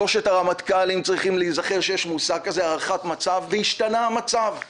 שלושת הרמטכ"לים צריכים להיזכר שיש מושג כזה "הערכת מצב" בהשתנה המצב.